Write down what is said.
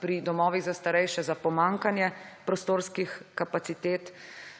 pri domovih za starejše za pomanjkanje prostorskih kapacitet.